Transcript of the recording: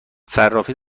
صرافی